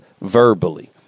verbally